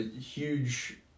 huge